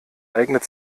eignet